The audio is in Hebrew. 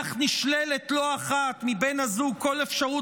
לא אחת נשללת כך מבן הזוג כל אפשרות